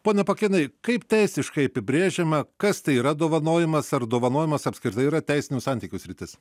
pone pakėnai kaip teisiškai apibrėžiama kas tai yra dovanojimas ar dovanojimas apskritai yra teisinių santykių sritis